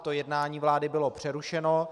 To jednání vlády bylo přerušeno.